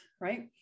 right